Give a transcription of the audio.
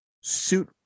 suit